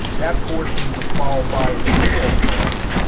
that portion would qualify as payroll cost,